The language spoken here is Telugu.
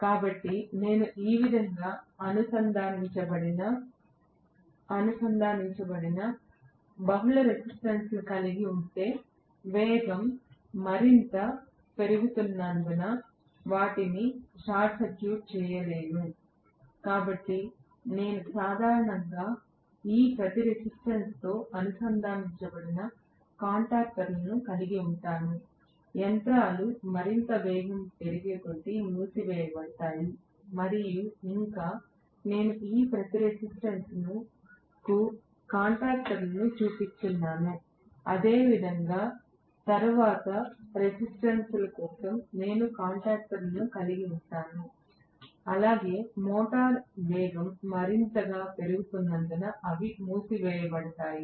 కాబట్టి నేను ఈ విధంగా అనుసంధానించబడిన బహుళ రెసిస్టెన్స్ ను కలిగి ఉంటే వేగం మరింత పెరుగుతున్నందున నేను వాటిని షార్ట్ సర్క్యూట్ చేయగలను కాబట్టి నేను సాధారణంగా ఈ ప్రతి రెసిస్టెన్స్ తో అనుసంధానించబడిన కాంటాక్టర్లను కలిగి ఉంటాను యంత్రాలు మరింత వేగం పెరిగేకొద్దీ మూసివేయబడతాయి మరియు ఇంకా నేను ఈ ప్రతి రెసిస్టెన్స్ కు కాంటాక్టర్లను చూపిస్తున్నాను అదేవిధంగా తరువాతి రెసిస్టెన్స్ ల కోసం నేను కాంటాక్టర్లను కలిగి ఉంటాను అలాగే మోటారు వేగం మరింతగా పెరుగుతున్నందున అవి మూసివేయబడతాయి